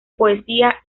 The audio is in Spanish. poesía